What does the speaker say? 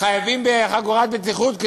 לחגור חגורת בטיחות,